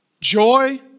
Joy